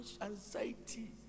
anxiety